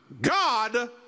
God